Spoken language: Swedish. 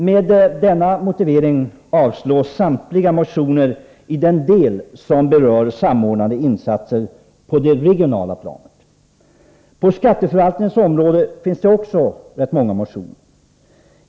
Med denna motivering avstyrks samtliga motioner i den del som berör samordnade insatser på det regionala planet. När det sedan gäller frågor rörande skatteförvaltningens område finns det också rätt många motioner.